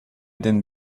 den